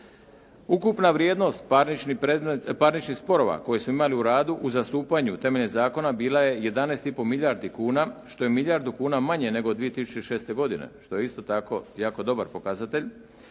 Ukupna vrijednost parničnih sporova koje smo imali u radu u zastupanju temeljem zakona bila je 11 i po milijardi kuna što je milijardu kuna manje nego 2006. godine što je isto tako jako dobar pokazatelj.